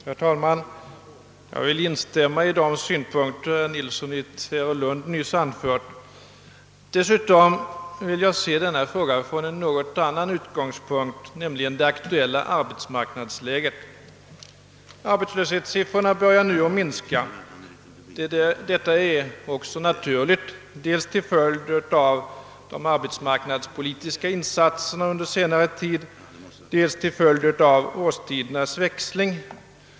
Herr talman! Jag vill instämma i de synpunkter herr Nilsson i Tvärålund nyss anfört. Dessutom vill jag se denna fråga från en annan utgångspunkt, nämligen det aktuella arbetsmarknadsläget. Arbetslöshetssiffrorna = börjar - nu minska. Detta är också naturligt dels till följd av de arbetsmarknadspolitiska insatserna under senare tid, dels till följd av årstidsväxlingen.